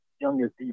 youngest